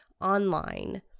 online